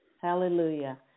Hallelujah